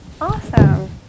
Awesome